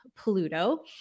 Pluto